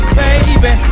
baby